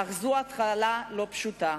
אך זו התחלה לא פשוטה.